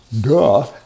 Duh